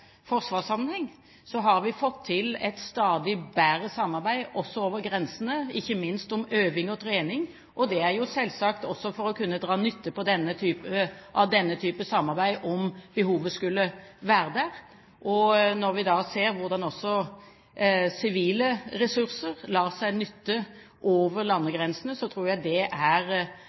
forsvarssammenheng har fått til et stadig bedre samarbeid også over grensene, ikke minst om øving og trening, selvsagt for å kunne dra nytte av denne type samarbeid om behovet skulle være der. Når vi da ser hvordan sivile ressurser lar seg nytte over landegrensene, tror jeg det er